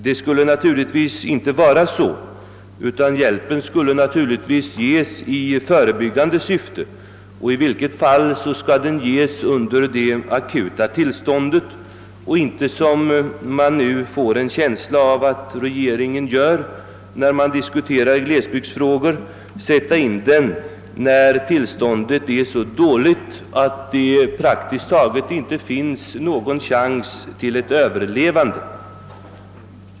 Det borde inte vara så, utan hiälpen skulle naturligtvis ges i förebyggande syfte. I varje fall borde hjälpen ges under det akuta tillståndet och inte — som man nu får en känsla av att regeringen gör när det gäller glesbygder — sättas in när till ståndet är så dåligt att det praktiskt taget inte finns någon chans för bygden att överleva.